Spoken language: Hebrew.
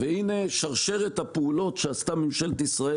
והנה שרשרת הפעולות שעשתה ממשלת ישראל